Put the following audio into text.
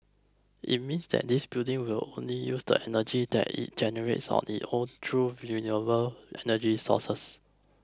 it means that this building will only use the energy that it generates on its own through renewable energy sources